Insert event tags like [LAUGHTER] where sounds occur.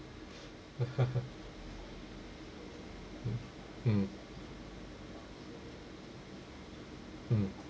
[LAUGHS] mm mm mm